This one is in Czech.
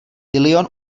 tilion